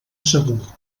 segur